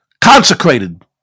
consecrated